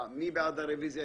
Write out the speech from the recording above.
מי בעד הרביזיה?